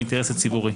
באינטרס הציבורי.